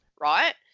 right